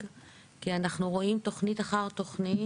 אבל יש מאחורי הבניין שטח קרקע.